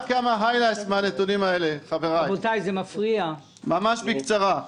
רק כמה היילייטס מהנתונים האלה ממש בקצרה.